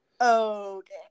okay